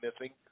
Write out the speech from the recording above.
missing